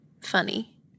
funny